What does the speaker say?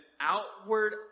outward